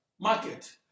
market